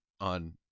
on